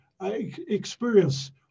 experience